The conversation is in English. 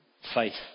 faith